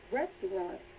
restaurant